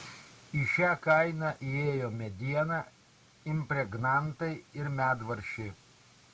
į šią kainą įėjo mediena impregnantai ir medvaržčiai